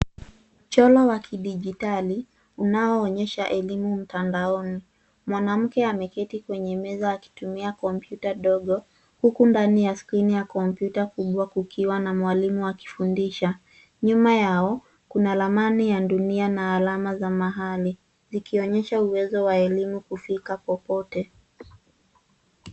Mchoro wa kidijitali unaona onyesha elimu mtandaoni. Mwanamke ameketi kwenye meza akitumia kompyuta ndogo huku ndani ya skrini ya kompyuta kubwa kukiwa na mwalimu akifundisha. Nyuma yao kuna ramani ya dunia na alama za mahali zikionyesha uwezo wa elimu kufika popote.